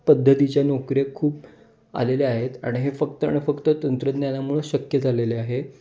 पद्धतीच्या नोकऱ्या खूप आलेल्या आहेत आणि हे फक्त आणि फक्त तंत्रज्ञानामुळं शक्य झालेले आहे